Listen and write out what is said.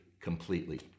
completely